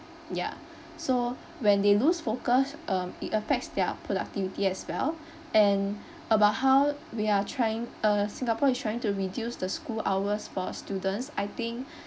ya so when they lose focus um it attacks their productivity as well and about how we are trying uh singapore is trying to reduce the school hours for students I think